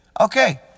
Okay